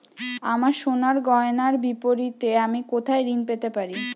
আমার সোনার গয়নার বিপরীতে আমি কোথায় ঋণ পেতে পারি?